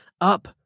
up